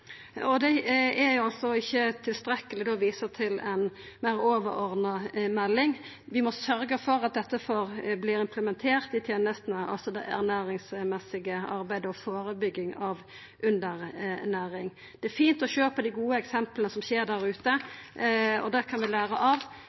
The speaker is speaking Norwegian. Det er ikkje tilstrekkeleg å visa til ei meir overordna melding. Vi må sørgja for at det ernæringsmessige arbeidet og førebygging av underernæring vert implementerte i tenestene. Det er fint å sjå dei gode eksempla der ute, og dei kan vi læra av.